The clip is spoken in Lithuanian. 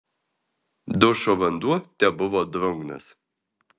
dušo vanduo tebuvo drungnas